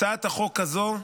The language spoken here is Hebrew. הצעת החוק הזו,